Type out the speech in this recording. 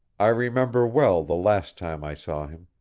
i remember well the last time i saw him.